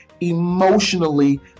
emotionally